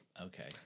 Okay